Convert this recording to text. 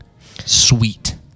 sweet